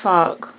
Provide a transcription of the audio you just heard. Fuck